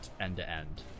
end-to-end